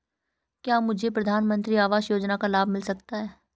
क्या मुझे प्रधानमंत्री आवास योजना का लाभ मिल सकता है?